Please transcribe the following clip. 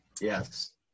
Yes